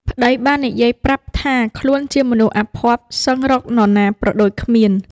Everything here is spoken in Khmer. ប្ដីបាននិយាយប្រាប់ថា ខ្លួនជាមនុស្សអភ័ព្វសឹងរកនរណាប្រដូចគ្មាន។